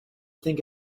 think